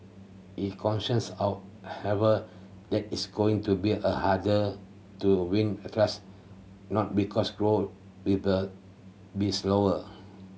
he however that is going to be a harder to win a trust not because grow with a be slower